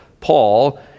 Paul